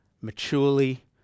maturely